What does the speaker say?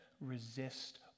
resist